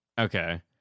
Okay